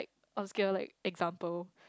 obscure like example